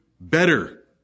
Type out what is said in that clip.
better